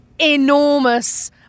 enormous